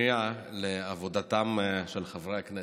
מפריע לעבודתם של חברי הכנסת.